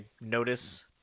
notice